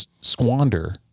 squander